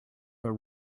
but